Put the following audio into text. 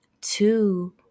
Two